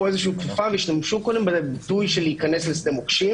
כפפה והשתמשו קודם בביטוי של להיכנס לשדה מוקשים.